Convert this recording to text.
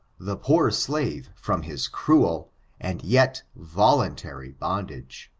the poor slave from his cruel and yet voluntary bondage.